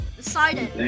decided